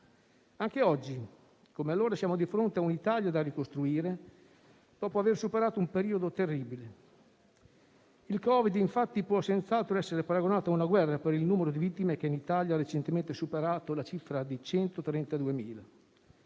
anche oggi, come allora, siamo di fronte a un'Italia da ricostruire, dopo aver superato un periodo terribile. Il Covid, infatti, può senz'altro essere paragonato a una guerra per il numero di vittime che in Italia ha recentemente superato la cifra di 132.000.